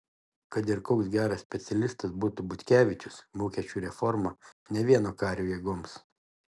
kad ir koks geras specialistas būtų butkevičius mokesčių reforma ne vieno kario jėgoms